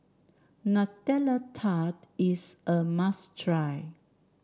Nutella Tart is a must try